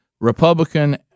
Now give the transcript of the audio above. republican